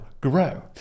grow